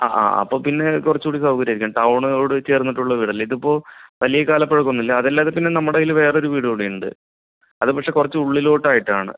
അ ആ അപ്പോൾ പിന്നെ കുറച്ചുകൂടി സൗകര്യം ആയിരിക്കും ടൗണിനോട് ചേർന്നിട്ടുള്ള വീടല്ലേ ഇതിപ്പോൾ വലിയ കാലപ്പഴക്കമൊന്നുമില്ല അതല്ലാതെ പിന്നെ നമ്മുടെ കൈയ്യിൽ വേറൊരു വീടൂ കൂടിയുണ്ട് അതു പക്ഷെ കുറച്ച് ഉള്ളിലോട്ട് ആയിട്ടാണ്